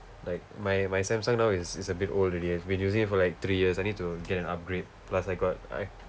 like my my Samsung now is is a bit old already I've been using it for like three years I need to get an upgrade plus I got I